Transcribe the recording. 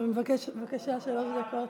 שלוש דקות